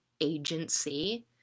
agency